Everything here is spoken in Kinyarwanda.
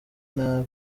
n’abantu